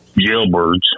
jailbirds